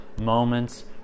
moments